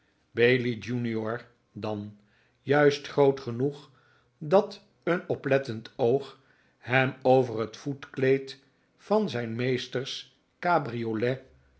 bailey junior dan juist groot genoeg dat een oplettend oog hem over het voetkleed van zijn meesters cabriolet